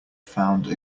found